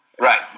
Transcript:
Right